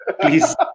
Please